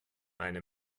eine